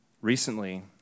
Recently